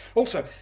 also,